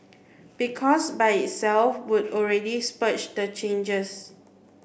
because by itself would already spur the changes